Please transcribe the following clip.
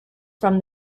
from